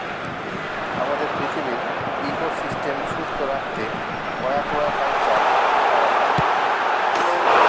আমাদের পৃথিবীর ইকোসিস্টেম সুস্থ রাখতে অ্য়াকুয়াকালচার করা হয়